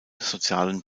sozialen